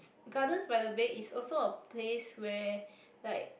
Gardens-by-the-Bay is also a place where like